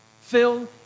Phil